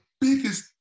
biggest